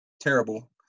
terrible